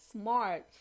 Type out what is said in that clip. smart